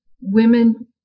women